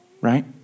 right